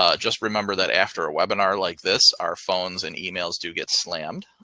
ah just remember that after a webinar like this, our phones and emails do get slammed.